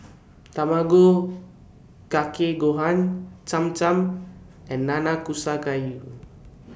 Tamago Kake Gohan Cham Cham and Nanakusa Gayu